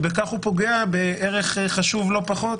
ובכך הוא פוגע בערך חשוב לא פחות,